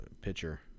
pitcher